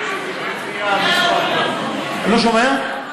בגימטרייה, לא שומע.